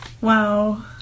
Wow